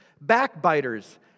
backbiters